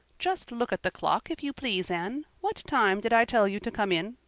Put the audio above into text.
just look at the clock, if you please, anne. what time did i tell you to come in?